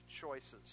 choices